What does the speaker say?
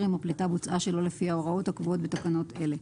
אם הפליטה בוצעה שלא לפי ההוראות הקבועות בתקנות אלה.